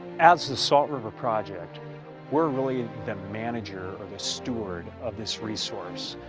as the salt river project we're really the manager or the steward of this resource.